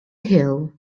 hill